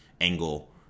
angle